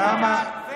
למה?